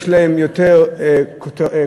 יש להן יותר כותרת,